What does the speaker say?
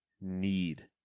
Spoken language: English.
need